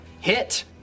Hit